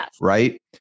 Right